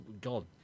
God